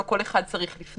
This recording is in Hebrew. כך שלא כל אחד יצטרך לפנות.